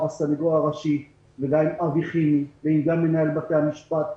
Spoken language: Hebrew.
הסנגור הראשי וגם עם אבי חימי ועם מנהל בתי המשפט,